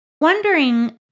Wondering